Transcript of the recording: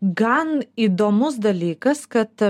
gan įdomus dalykas kad